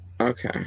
Okay